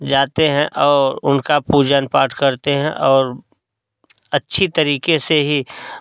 जाते हैं और उनका पूजन पाठ करते हैं और अच्छी तरीके से ही